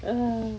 ah